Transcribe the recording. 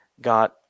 got